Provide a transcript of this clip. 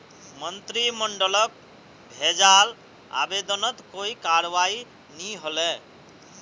मंत्रिमंडलक भेजाल आवेदनत कोई करवाई नी हले